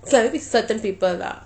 it's like only certain people lah